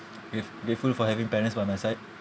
grat~ grateful for having parents by my side